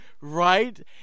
right